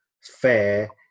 fair